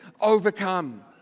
overcome